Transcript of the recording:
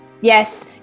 Yes